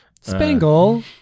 Spangle